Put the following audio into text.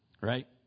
right